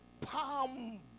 palm